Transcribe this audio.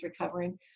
recovering